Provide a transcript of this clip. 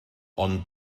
ond